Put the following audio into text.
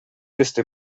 este